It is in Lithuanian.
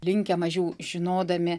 linkę mažiau žinodami